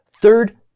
Third